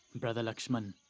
brother laxman,